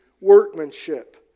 workmanship